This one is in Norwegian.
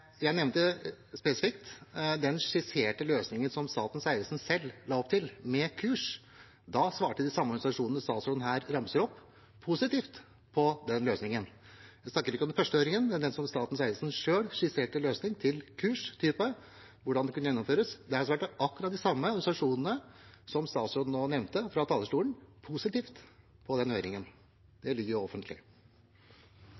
jeg nevnte spesifikt den skisserte løsningen som Statens vegvesen selv la opp til med kurs. Da svarte de samme organisasjonene statsråden her ramser opp, positivt på løsningen. Jeg snakker ikke om den første høringen, men den hvor Statens vegvesen selv skisserte løsning med kurs og hvordan det kunne gjennomføres. Der svarte akkurat de samme organisasjonene som statsråden nå nevnte fra talerstolen, positivt på høringen.